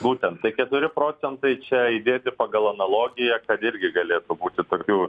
būtent tai keturi procentai čia įdėti pagal analogiją kad irgi galėtų būti tokių